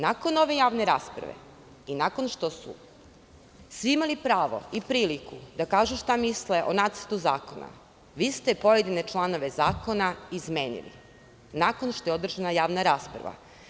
Nakon ove javne rasprave i nakon što su svi imali pravo i priliku da kažu šta misle o Nacrtu zakona, vi ste pojedine članove zakona izmenili nakon što je održana javna rasprava.